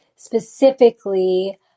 specifically